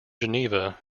geneva